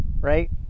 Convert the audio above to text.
right